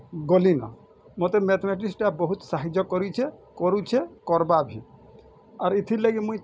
ଗଲିନ ମୋତେ ମେଥମେଟିକ୍ସଟା ବହୁତ୍ ସାହାଯ୍ୟ କରିଛେ କରୁଛେ କର୍ବା ଭି ଆର୍ ଏଥିର୍ ଲାଗି ମୁଇଁ